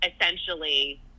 essentially